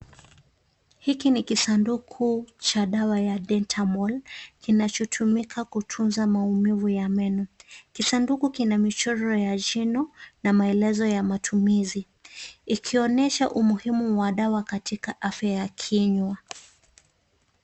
Hiki ni kisanduku cha dawa ya [cs ] detamol [cs ] kinachotumika kutunza maumivu ya meno. Kisanduku kina michoro ya jino na maelezo ya matumizi ikionyesha umuhimu wa dawa katika afya ya kinywa.